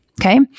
Okay